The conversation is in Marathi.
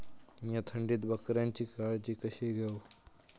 मीया थंडीत बकऱ्यांची काळजी कशी घेव?